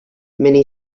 many